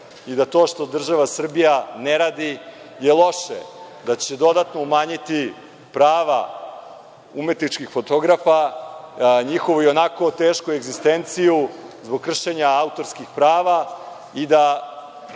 i da to što država Srbija ne radi je loše, da će dodatno umanjiti prava umetničkih fotografa, njihovu i onako tešku egzistenciju zbog kršenja autorskih prava i da